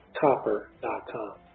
copper.com